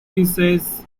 essays